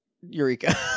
Eureka